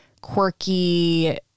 quirky